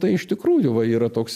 tai iš tikrųjų va yra toks